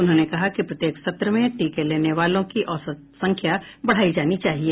उन्होंने कहा कि प्रत्येक सत्र में टीके लेने वालों की औसत संख्या बढ़ाई जानी चाहिए